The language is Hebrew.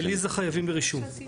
מרפאות דיאליזה חייבות ברישום.